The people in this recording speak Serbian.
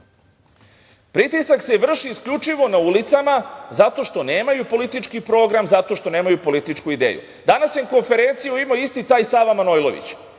Pritisak se vrši isključivo na ulicama zato što nemaju politički program, zato što nemaju političku ideju. Danas im konferenciju ima isti taj Sava Manojlović.